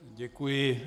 Děkuji.